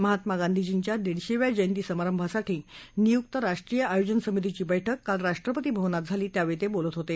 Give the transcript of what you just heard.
महात्मा गांधींच्या दौडशेव्या जयंती समारंभासाठी नियुक राष्ट्रीय आयोजन समितीची बस्कि काल राष्ट्रपती भवनात झाली त्यावेळी ते बोलत होते